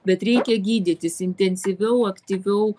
bet reikia gydytis intensyviau aktyviau